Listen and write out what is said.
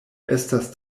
estas